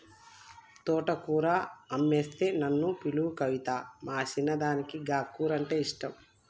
తోటకూర అమ్మొస్తే నన్ను పిలువు కవితా, మా చిన్నదానికి గా కూరంటే ఇష్టం